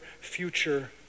future